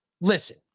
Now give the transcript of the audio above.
Listen